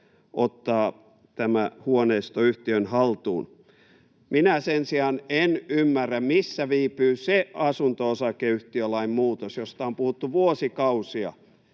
tämä huoneisto yhtiön haltuun. Minä sen sijaan en ymmärrä, missä viipyy se asunto-osakeyhtiölain muutos, josta on puhuttu vuosikausia,